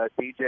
DJ